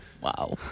Wow